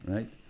Right